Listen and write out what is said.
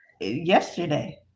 yesterday